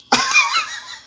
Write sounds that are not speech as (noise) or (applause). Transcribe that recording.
(laughs)